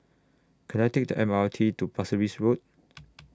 Can I Take The M R T to Pasir Ris Road